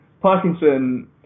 Parkinson